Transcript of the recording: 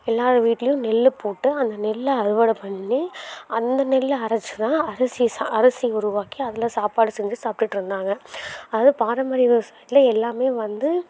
எல்லார் வீட்லயும் நெல் போட்டு அந்த நெல்லை அறுவடை பண்ணி அந்த நெல்லை அரைச்சி தான் அரிசி சா அரிசி உருவாக்கி அதில் சாப்பாடு செஞ்சு சாப்பிடுட்டு இருந்தாங்க அது பாரம்பரிய விவசாயத்தில் எல்லாமே வந்து